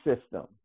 system